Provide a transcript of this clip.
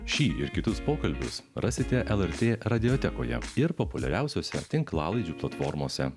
šį ir kitus pokalbius rasite lrt radiotekoje ir populiariausiose tinklalaidžių platformose